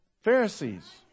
Pharisees